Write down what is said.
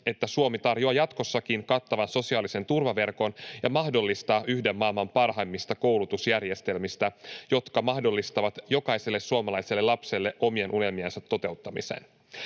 että Suomi tarjoaa jatkossakin kattavan sosiaalisen turvaverkon ja mahdollistaa yhden maailman parhaimmista koulutusjärjestelmistä, joka mahdollistaa jokaiselle suomalaiselle lapselle omien unelmiensa toteuttamisen.